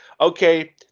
okay